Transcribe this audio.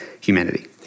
humanity